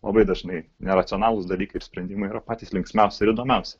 labai dažnai neracionalūs dalykai ir sprendimai yra patys linksmiausi ir įdomiausi